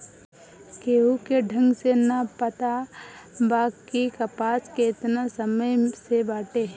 केहू के ढंग से ना पता बा कि कपास केतना समय से बाटे